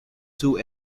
two